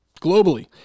globally